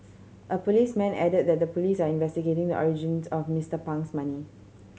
a policeman added that the police are investigating the origins of Mister Pang's money